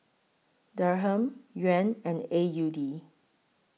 Dirham Yuan and A U D